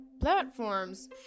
platforms